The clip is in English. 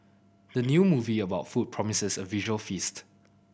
the new movie about food promises a visual feast